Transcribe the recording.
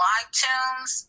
iTunes